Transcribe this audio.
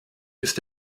ist